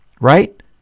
right